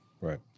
right